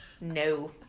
No